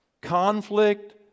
conflict